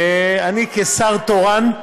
ואני כשר תורן,